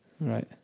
right